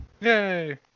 Yay